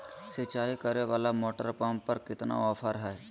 सिंचाई करे वाला मोटर पंप पर कितना ऑफर हाय?